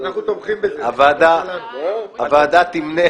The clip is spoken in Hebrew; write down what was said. הוועדה תמנה